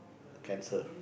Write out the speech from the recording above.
cancer